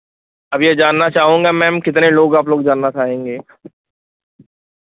अब ये जानना चाहूँगा मैम कितने लोग आप लोग जानना चाहेंगे